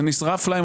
ונשרף להם,